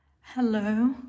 Hello